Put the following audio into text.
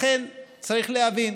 לכן צריך להבין